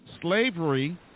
slavery